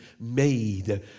made